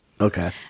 Okay